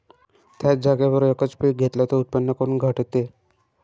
थ्याच जागेवर यकच पीक घेतलं त उत्पन्न काऊन घटते?